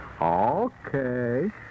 Okay